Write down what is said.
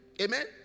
Amen